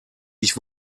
ich